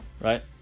Right